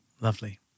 lovely